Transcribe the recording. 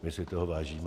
My si toho vážíme.